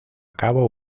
cabo